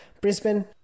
Brisbane